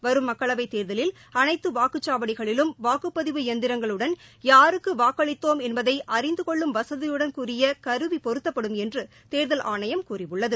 வரும் மக்களவைத் தேர்தலில் அனைத்து வாக்குச்சாவடிகளிலும் வாக்கப்பதிவு எந்திரங்களுடன் யாருக்கு வாக்களித்தோம் என்பதை அறிந்து கொள்ளும் வசதியுடன் கூடிய கருவி பொருத்தப்படும் என்று தேர்தல் ஆணையம் கூறியுள்ளது